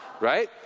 right